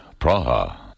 Praha